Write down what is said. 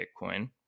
bitcoin